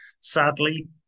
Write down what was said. sadly